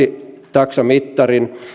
taksamittarin